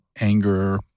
anger